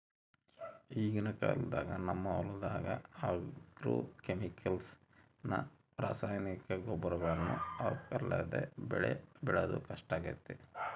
ಈಗಿನ ಕಾಲದಾಗ ನಮ್ಮ ಹೊಲದಗ ಆಗ್ರೋಕೆಮಿಕಲ್ಸ್ ನ ರಾಸಾಯನಿಕ ಗೊಬ್ಬರಗಳನ್ನ ಹಾಕರ್ಲಾದೆ ಬೆಳೆ ಬೆಳೆದು ಕಷ್ಟಾಗೆತೆ